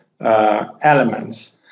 elements